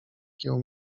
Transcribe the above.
kieł